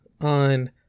on